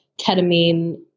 ketamine